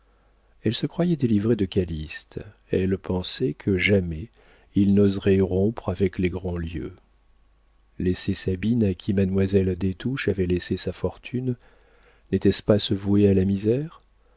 elle se croyait délivrée de calyste elle pensait que jamais il n'oserait rompre avec les grandlieu laisser sabine à qui mademoiselle des touches avait laissé sa fortune n'était-ce pas se vouer à la misère